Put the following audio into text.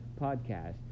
podcast